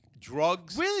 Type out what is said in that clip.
Drugs